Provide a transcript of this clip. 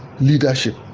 leadership